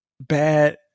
bad